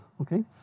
Okay